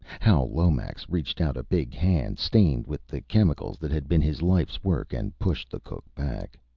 hal lomax reached out a big hand, stained with the chemicals that had been his life's work, and pushed the cook back.